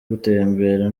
gutembera